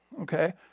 okay